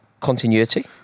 continuity